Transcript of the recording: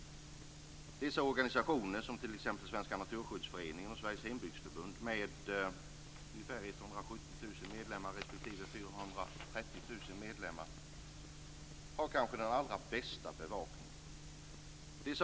Dessa organisationer, som t.ex. Svenska naturskyddsföreningen och Sveriges hembygdsförbund med ungefär 170 000 medlemmar respektive 430 000 medlemmar, har kanske den allra bästa bevakningen.